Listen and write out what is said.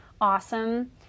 awesome